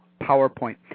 PowerPoint